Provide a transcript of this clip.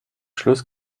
schluss